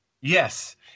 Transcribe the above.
Yes